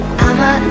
I'ma